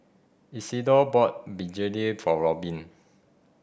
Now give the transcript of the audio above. Isidor bought Begedil for Robin